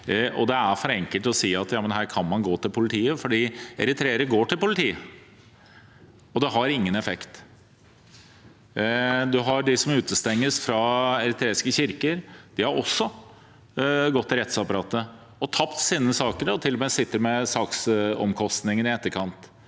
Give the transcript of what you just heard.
Det er for enkelt å si at man her kan gå til politiet, for eritreere går til politiet, og det har ingen effekt. Man har dem som utestenges fra eritreiske kirker. De har også gått til rettsapparatet, tapt sine saker og sitter til og med med saksomkostningene i etterkant